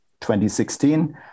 2016